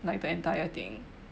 like the entire thing